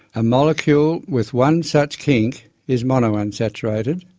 a molecule with one such kink is mono-unsaturated,